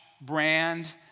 brand